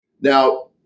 Now